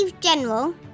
general